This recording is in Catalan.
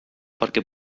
perquè